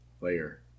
layer